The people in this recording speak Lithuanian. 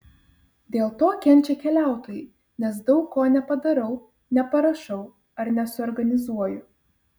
dėl to kenčia keliautojai nes daug ko nepadarau neparašau ar nesuorganizuoju